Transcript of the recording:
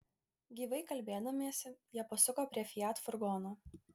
gyvai kalbėdamiesi jie pasuko prie fiat furgono